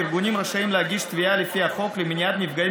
הארגונים הרשאים להגיש תביעה לפי החוק למניעת מפגעים